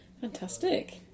Fantastic